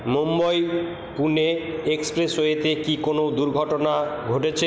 মুম্বাই পুনে এক্সপ্রেসওয়েতে কি কোনও দুর্ঘটনা ঘটেছে